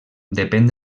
depèn